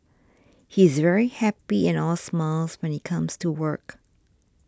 he's very happy and all smiles when he comes to work